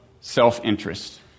self-interest